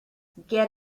get